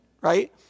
Right